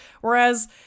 Whereas